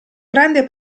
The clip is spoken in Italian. grande